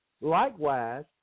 Likewise